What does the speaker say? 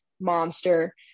monster